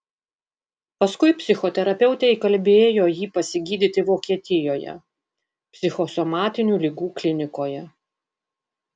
paskui psichoterapeutė įkalbėjo jį pasigydyti vokietijoje psichosomatinių ligų klinikoje